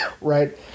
right